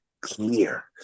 clear